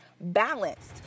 balanced